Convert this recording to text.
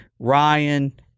Ryan